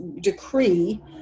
decree